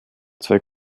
zwei